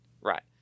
right